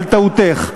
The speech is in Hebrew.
את טעותך.